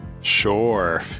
Sure